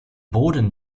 boden